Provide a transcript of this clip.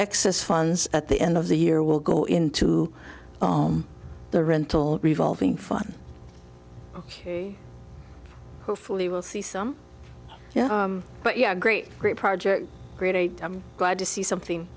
excess funds at the end of the year will go into the rental revolving fun ok hopefully we'll see some yeah but yeah great great project great i'm glad to see something